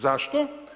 Zašto?